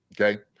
okay